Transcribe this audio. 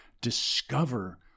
discover